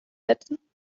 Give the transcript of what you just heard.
setzen